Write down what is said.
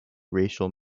racial